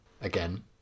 again